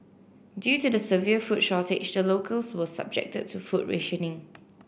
due to the severe food shortage the locals were subjected to food rationing